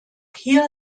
hier